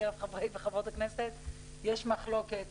בקרב חברי וחברות הכנסת יש מחלוקת,